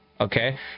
okay